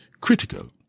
critical